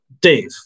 Dave